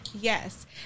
Yes